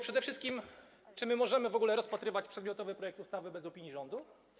Przede wszystkim czy możemy w ogóle rozpatrywać przedmiotowy projekt ustawy bez opinii rządu?